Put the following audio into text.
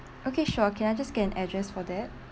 okay sure can I just get an address for that